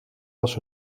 was